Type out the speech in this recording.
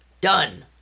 done